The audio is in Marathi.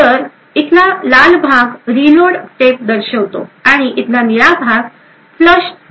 तर इथला लाल भाग रीलोड स्टेप दर्शवितो आणि इथला निळा भाग फ्लश स्टेपसाठी वेळ दर्शवितो